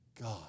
God